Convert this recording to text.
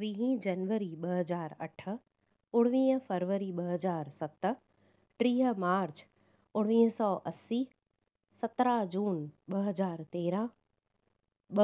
वीहीं जनवरी ॿ हज़ार अठ उणिवीह फरवरी ॿ हज़ार सत टीह मार्च उणिवीह सौ असी सत्रहं जून ॿ हज़ार तेरहं